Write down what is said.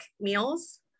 meals